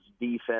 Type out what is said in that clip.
defense